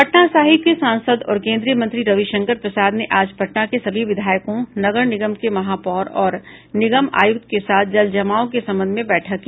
पटना साहिब के सांसद और केन्द्रीय मंत्री रविशंकर प्रसाद ने आज पटना के सभी विधायकों नगर निगम के महापौर और निगम आयुक्त के साथ जलजमाव के संबंध में बैठक की